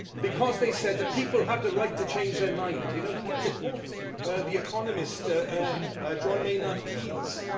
because, they said, the people have the right to change their mind. you know to quote the economist john maynard keynes,